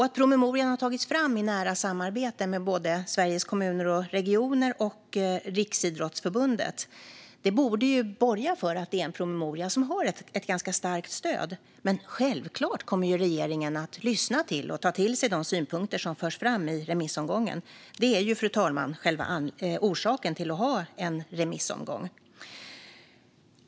Att promemorian har tagits fram i nära samarbete med både Sveriges Kommuner och Regioner och Riksidrottsförbundet borde borga för att det är en promemoria som har ett ganska starkt stöd. Men självklart kommer regeringen att lyssna till och ta till sig de synpunkter som förs fram i remissomgången. Det är, fru talman, själva orsaken till att ha en remissomgång.